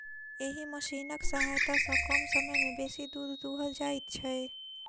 एहि मशीनक सहायता सॅ कम समय मे बेसी दूध दूहल जाइत छै